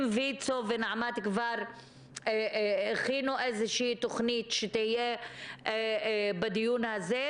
אם ויצו ונעמ"ת כבר הכינו איזושהי תוכנית שתהיה בדיון הזה,